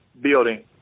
building